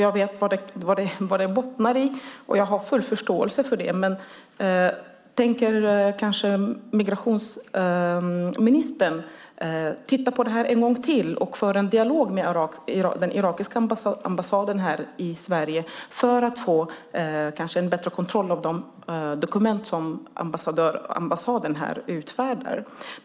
Jag vet vad det bottnar i, och jag har full förståelse för det, men tänker kanske migrationsministern titta på det här en gång till och föra en dialog med irakiska ambassaden här i Sverige för att få kanske en bättre kontroll av de dokument som ambassaden här utfärdar?